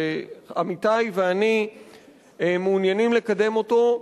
שעמיתי ואני מעוניינים לקדם אותו,